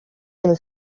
del